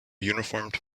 uniformed